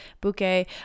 Bouquet